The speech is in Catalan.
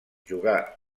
jugà